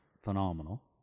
phenomenal